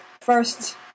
first